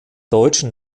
deutschen